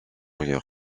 rire